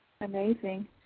amazing